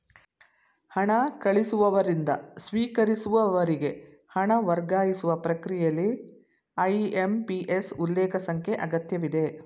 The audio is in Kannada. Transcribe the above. ಹಣ ಕಳಿಸುವವರಿಂದ ಸ್ವೀಕರಿಸುವವರಿಗೆ ಹಣ ವರ್ಗಾಯಿಸುವ ಪ್ರಕ್ರಿಯೆಯಲ್ಲಿ ಐ.ಎಂ.ಪಿ.ಎಸ್ ಉಲ್ಲೇಖ ಸಂಖ್ಯೆ ಅಗತ್ಯವಿದೆ